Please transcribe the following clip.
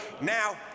Now